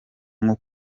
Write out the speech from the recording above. nko